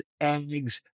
eggs